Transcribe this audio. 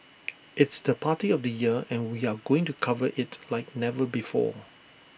it's the party of the year and we are going to cover IT like never before